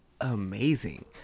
amazing